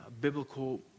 biblical